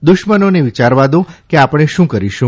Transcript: દુશ્મનોને વિયારવા દો કે આપણે શું કરીશું